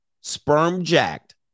sperm-jacked